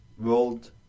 World